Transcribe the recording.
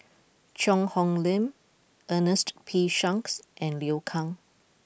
Cheang Hong Lim Ernest P Shanks and Liu Kang